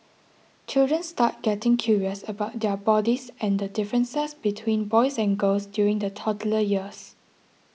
children start getting curious about their bodies and the differences between boys and girls during the toddler years